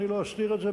אני לא אזכיר את זה,